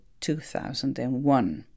2001